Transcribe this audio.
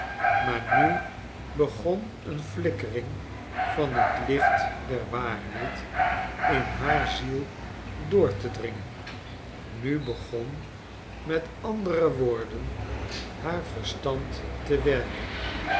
maar nu begon een flikkering van t licht der waarheid in haar ziel doortedringen nu begon met andere woorden haar verstand te werken